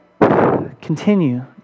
continue